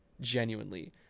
genuinely